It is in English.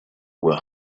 were